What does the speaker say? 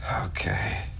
Okay